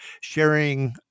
sharing